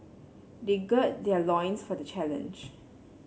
they gird their loins for the challenge